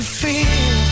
feel